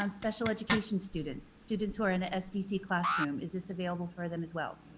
um special education students, students who are in an sdc classroom? is this available for them as well?